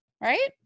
Right